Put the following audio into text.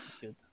good